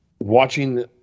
watching